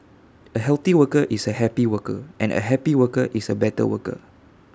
A healthy worker is A happy worker and A happy worker is A better worker